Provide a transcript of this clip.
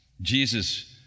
jesus